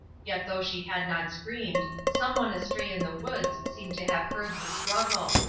yet though she had not screamed, someone astray in the woods seemed to have heard the struggle.